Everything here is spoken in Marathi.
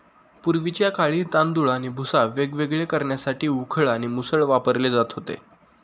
पूर्वीच्या काळी तांदूळ आणि भुसा वेगवेगळे करण्यासाठी उखळ आणि मुसळ वापरले जात होते